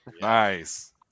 Nice